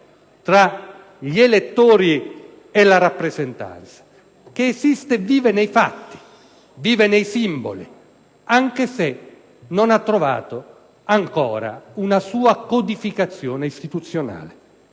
tra gli elettori e la rappresentanza, che esiste e vive nei fatti, nei simboli, anche se non ha trovato ancora un sua codificazione istituzionale.